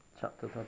Chapter